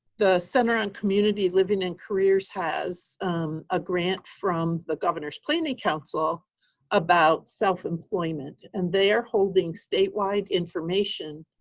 the center on community living and careers has a grant from the governor's planning council about self employment. and they are holding state-wide information